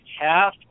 half